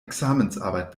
examensarbeit